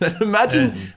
Imagine